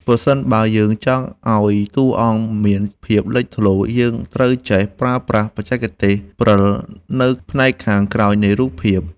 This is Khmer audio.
ប្រសិនបើយើងចង់ឱ្យតួអង្គមានភាពលេចធ្លោ យើងត្រូវចេះប្រើប្រាស់បច្ចេកទេសព្រិលនៅផ្នែកខាងក្រោយនៃរូបភាព។